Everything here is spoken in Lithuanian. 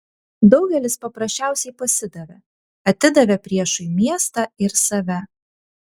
daugelis paprasčiausiai pasidavė atidavė priešui miestą ir save